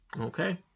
Okay